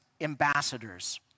ambassadors